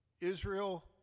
Israel